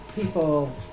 people